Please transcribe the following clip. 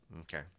Okay